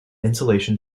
insulation